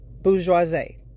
Bourgeoisie